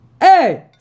Hey